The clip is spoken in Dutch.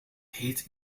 heet